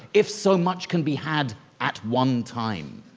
if so much can be had at one time.